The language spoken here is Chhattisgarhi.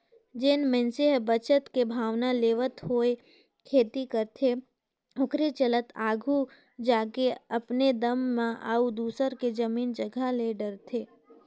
जेन मइनसे ह बचत के भावना लेवत होय खेती करथे ओखरे चलत आघु जाके अपने दम म अउ दूसर के जमीन जगहा ले डरथे